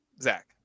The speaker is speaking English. Zach